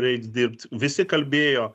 reiks dirbt visi kalbėjo